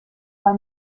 war